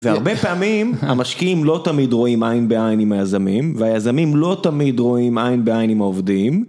והרבה פעמים המשקיעים לא תמיד רואים עין בעין עם היזמים, והיזמים לא תמיד רואים עין בעין עם העובדים.